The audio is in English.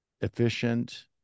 efficient